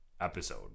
episode